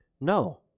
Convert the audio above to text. No